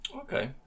Okay